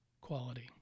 quality